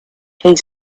keys